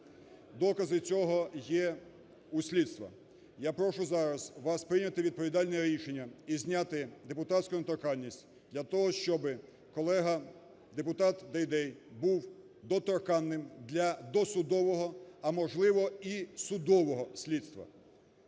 Докази цього є у слідства. Я прошу зараз вас прийняти відповідальне рішення і зняти депутатську недоторканність для того, щоби колега депутат Дейдей був доторканним для досудового, а, можливо, і судового слідства.